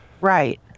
Right